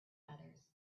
others